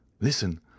Listen